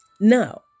Now